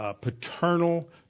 paternal